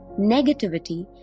Negativity